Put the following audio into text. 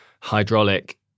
hydraulic